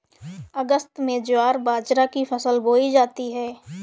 अगस्त में ज्वार बाजरा की फसल बोई जाती हैं